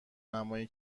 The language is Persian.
نمایی